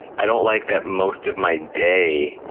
i don't like that most of my day,